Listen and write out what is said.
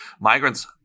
migrants